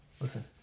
Listen